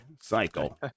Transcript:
cycle